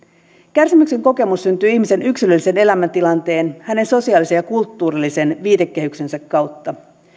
kärsimyksen kokemus syntyy ihmisen yksilöllisen elämäntilanteen hänen sosiaalisen ja kulttuurillisen viitekehyksensä kautta